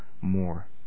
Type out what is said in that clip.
more